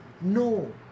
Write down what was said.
No